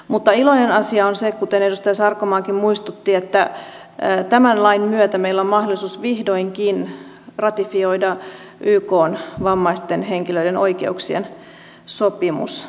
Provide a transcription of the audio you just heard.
mutta iloinen asia on se kuten edustaja sarkomaakin muistutti että tämän lain myötä meillä on mahdollisuus vihdoinkin ratifioida ykn vammaisten henkilöiden oikeuksien sopimus